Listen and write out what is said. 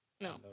no